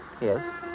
Yes